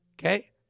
Okay